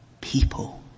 people